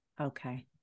Okay